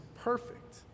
perfect